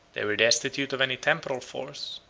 they were destitute of any temporal force,